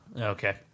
Okay